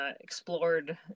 explored